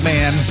Man